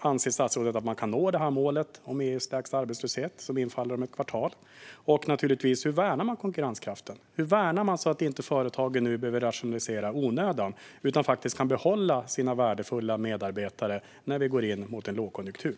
Anser statsrådet att Sverige kan nå målet om EU:s lägsta arbetslöshet, som infaller om ett kvartal? Hur värnar man konkurrenskraften? Och hur ser man till att företagen nu inte behöver rationalisera i onödan utan kan behålla sina värdefulla medarbetare när vi nu går mot en lågkonjunktur?